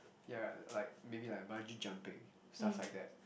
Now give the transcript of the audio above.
yeah like maybe like bungee jumping stuff like that